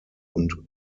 und